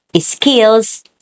skills